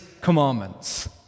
commandments